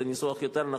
שזה ניסוח יותר נכון.